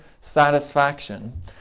satisfaction